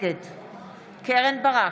נגד קרן ברק,